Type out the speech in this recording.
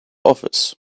office